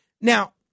Now